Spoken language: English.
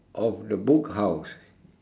of the book house